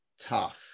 tough